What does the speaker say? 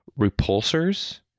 repulsors